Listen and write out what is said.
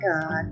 god